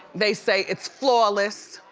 they say it's flawless.